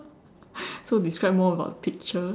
so describe more about the picture